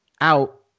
out